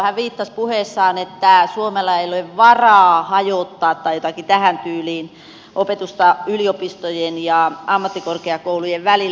hän sanoi puheessaan jotakin tähän tyyliin että suomella ei ole varaa hajottaa opetusta yliopistojen ja ammattikorkeakoulujen välillä